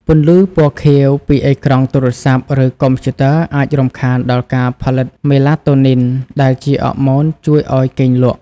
ពន្លឺពណ៌ខៀវពីអេក្រង់ទូរស័ព្ទ ឬកុំព្យូទ័រអាចរំខានដល់ការផលិតមេឡាតូនីនដែលជាអរម៉ូនជួយឱ្យគេងលក់។